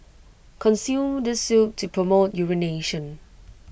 consume this soup to promote urination